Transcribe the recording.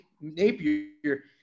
Napier